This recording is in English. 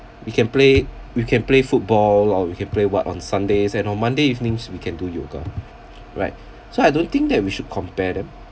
we can play we can play football or we can play what on sundays and on monday evenings we can do yoga right so I don't think that we should compare them